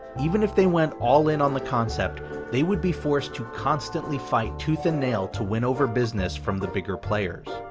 even if they went all-in on the concept they would be forced to constantly fight tooth and nail to win over business from the bigger players.